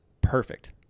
perfect